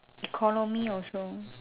economy also